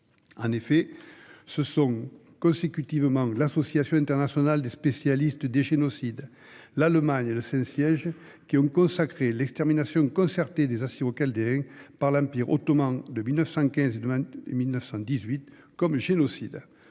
En effet, ce sont consécutivement l'Association internationale des spécialistes du génocide (IAGS), l'Allemagne et le Saint-Siège qui ont consacré l'extermination concertée des Assyro-Chaldéens par l'Empire ottoman de 1915 à 1918 comme génocide.